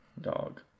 Dog